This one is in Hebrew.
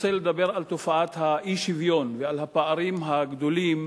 רוצה לדבר על תופעת האי-שוויון ועל הפערים הגדולים